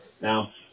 Now